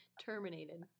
terminated